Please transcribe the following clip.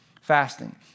fasting